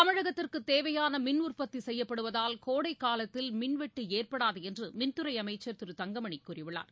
தமிழகத்திற்கு தேவையான மின் உற்பத்தி செய்யப்படுவதால் கோடைகாலத்தில் மின்வெட்டு ஏற்படாது என்று மின்துறை அமைச்சர் திரு தங்கமணி கூறியுள்ளார்